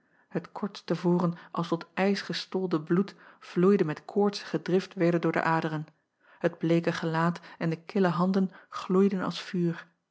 het korts te voren als tot ijs gestolde bloed vloeide met koortsige drift weder door de aderen het bleeke gelaat en de kille handen gloeiden als vuur